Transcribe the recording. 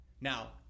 Now